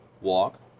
walk